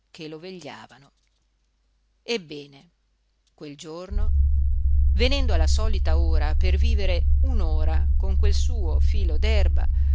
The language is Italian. che lo vegliavano ebbene quel giorno venendo alla solita ora per vivere un'ora con quel suo filo